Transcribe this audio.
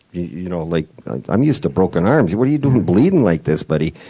you know like i'm used to broken arms. what are you doing, bleeding like this, buddy?